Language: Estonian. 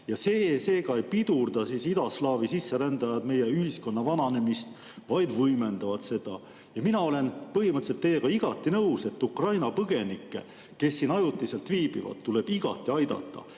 kaasa. Seega ei pidurda idaslaavi sisserändajad meie ühiskonna vananemist, vaid võimendavad seda. Mina olen põhimõtteliselt teiega nõus, et Ukraina põgenikke, kes siin ajutiselt viibivad, tuleb igati aidata.